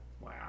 Wow